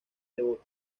devoto